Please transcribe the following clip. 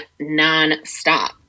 nonstop